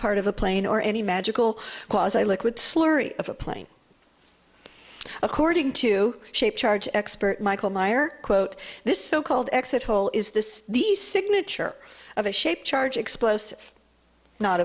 part of a plane or any magical cause i liquid slurry of a plane according to shape charge expert michael meyer quote this so called exit hole is this the signature of a shaped charge explosive not